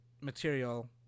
material